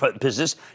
business